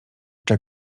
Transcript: cze